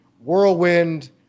Whirlwind